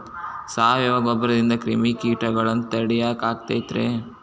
ಸಾವಯವ ಗೊಬ್ಬರದಿಂದ ಕ್ರಿಮಿಕೇಟಗೊಳ್ನ ತಡಿಯಾಕ ಆಕ್ಕೆತಿ ರೇ?